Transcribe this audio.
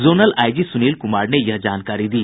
zonal IG Sunil Kumar ने यह जानकारी दी